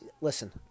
Listen